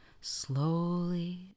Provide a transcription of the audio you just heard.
slowly